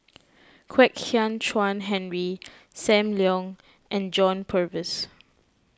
Kwek Hian Chuan Henry Sam Leong and John Purvis